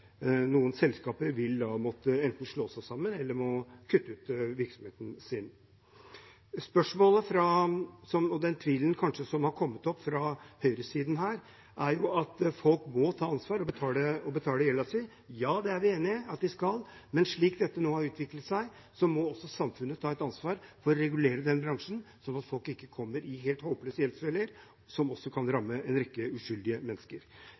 selskaper vil enten måtte slå seg sammen eller kutte ut virksomheten sin. Den tvilen som kanskje er kommet opp fra høyresiden her, dreier seg om at folk må ta ansvar og betale gjelden sin. Ja, det er vi enig i at de skal, men slik dette nå har utviklet seg, må også samfunnet ta et ansvar for å regulere denne bransjen, slik at folk ikke kommer i helt håpløse gjeldsfeller, som også kan ramme en rekke uskyldige mennesker.